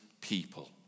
people